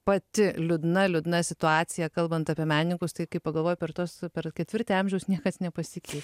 pati liūdna liūdna situacija kalbant apie menininkus tai kai pagalvoji per tuos per ketvirtį amžiaus niekas nepasikei